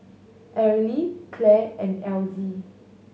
Arely Clell and Elsie